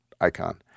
icon